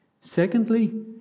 Secondly